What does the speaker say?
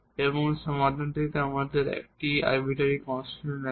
এবং সমাধানটিতে আমাদের 1 টি আরবিটারি কনস্ট্যান্ট আছে